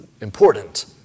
important